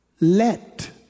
Let